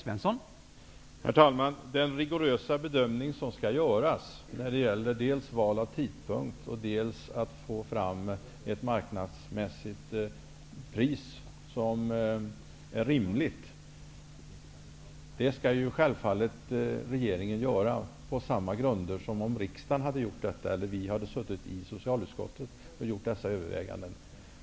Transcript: Herr talman! Den rigorösa bedömning som skall göras när det gäller dels val av tidpunkt, dels att få fram ett marknadsmässigt pris som är rimligt skall självfallet regeringen göra på samma grunder som om riksdagen hade gjort det eller om vi hade suttit i socialutskottet och gjort dessa överväganden.